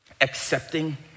accepting